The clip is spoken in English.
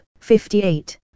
58